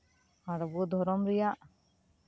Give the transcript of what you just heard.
ᱟᱨ ᱟᱵᱚ ᱫᱷᱚᱨᱚᱢ ᱨᱮᱭᱟᱜ